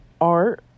art